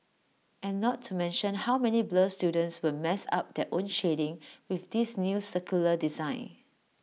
and not to mention how many blur students will mess up their own shading with this new circular design